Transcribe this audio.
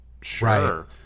Sure